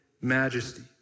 majesty